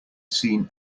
seen